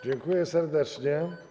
Dziękuję serdecznie.